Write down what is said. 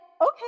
okay